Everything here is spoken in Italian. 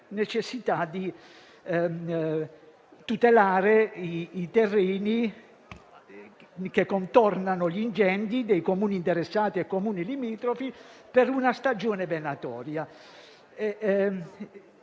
necessità di tutelare i terreni che contornano gli incendi, dei Comuni interessati e dei Comuni limitrofi, per una stagione venatoria.